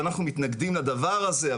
ואנחנו מתנגדים לדבר הזה,